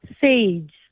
sage